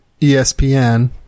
ESPN